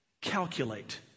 calculate